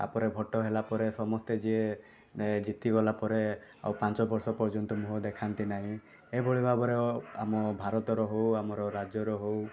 ତା'ପରେ ଭୋଟ୍ ହେଲାପରେ ସମସ୍ତେ ଜିତିଗଲା ପରେ ଆଉ ପାଞ୍ଚବର୍ଷ ପର୍ଯ୍ୟନ୍ତ ମୁହଁ ଦେଖାନ୍ତି ନାହିଁ ଏଭଳି ଭାବରେ ଆମ ଭାରତର ହେଉ ଆମ ରାଜ୍ୟର ହେଉ